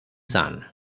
son